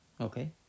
okay